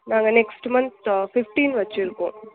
நாங்கள் next month fifteen வச்சிருக்கோம்